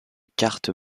cartes